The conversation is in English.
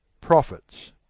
profits